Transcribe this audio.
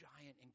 giant